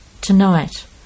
Tonight